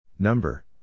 Number